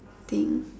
thing